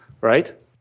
right